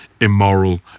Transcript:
immoral